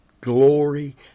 glory